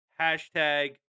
hashtag